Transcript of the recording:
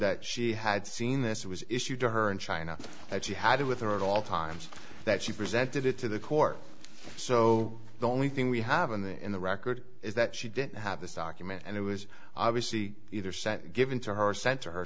that she had seen this it was issued to her in china that she had it with her at all times that she presented it to the court so the only thing we have in the in the record is that she didn't have this document and it was obviously either sent given to her